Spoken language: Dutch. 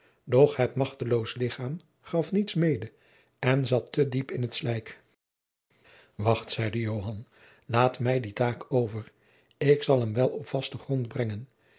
het machteloos lichaam gaf niets mede en zat te diep in het slijk wacht zeide joan laat mij die taak over ik zal hem wel op vasten grond brengen